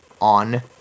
on